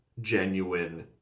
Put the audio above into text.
genuine